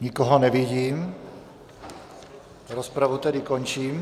Nikoho nevidím, rozpravu tedy končím.